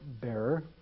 bearer